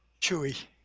chewy